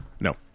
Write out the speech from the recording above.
no